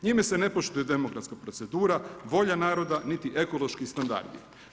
Njime se ne poštuje demografska procedura, volja naroda, niti ekološki standard.